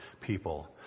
people